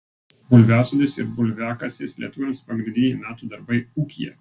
bulviasodis ir bulviakasis lietuviams pagrindiniai metų darbai ūkyje